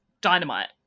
dynamite